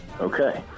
Okay